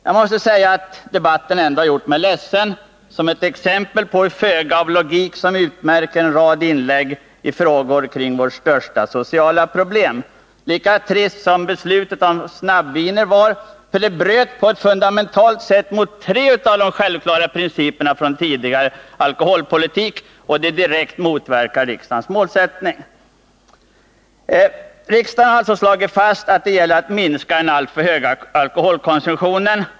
Jag måste säga att debatten har gjort mig ledsen på grund av den bristande logik som utmärker en rad inlägg i frågor kring vårt största sociala problem. Lika trist var beslutet om snabbviner, eftersom det på ett fundamentalt sätt bröt mot tre av de självklara principerna för den tidigare alkoholpolitiken och direkt motverkade riksdagens målsättning. Riksdagen har alltså slagit fast att det gäller att minska den alltför höga alkoholkonsumtionen.